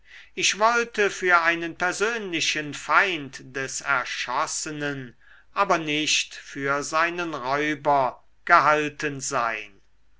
ich wollte für einen persönlichen feind des erschossenen aber nicht für seinen räuber gehalten sein